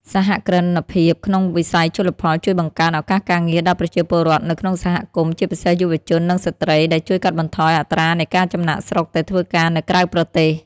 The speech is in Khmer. សហគ្រិនភាពក្នុងវិស័យជលផលជួយបង្កើតឱកាសការងារដល់ប្រជាពលរដ្ឋនៅក្នុងសហគមន៍ ជាពិសេសយុវជន និងស្ត្រី ដែលជួយកាត់បន្ថយអត្រានៃការចំណាកស្រុកទៅធ្វើការនៅក្រៅប្រទេស។